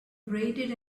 abraded